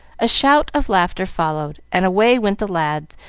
a shout of laughter followed, and away went the lads,